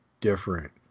different